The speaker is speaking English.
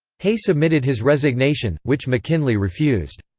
hay submitted his resignation, which mckinley refused.